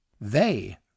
They